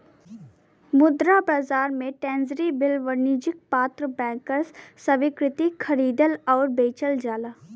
मुद्रा बाजार में ट्रेज़री बिल वाणिज्यिक पत्र बैंकर स्वीकृति खरीदल आउर बेचल जाला